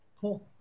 Cool